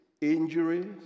injuries